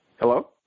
Hello